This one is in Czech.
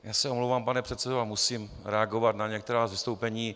Já se omlouvám, pane předsedo, ale musím reagovat na některá z vystoupení.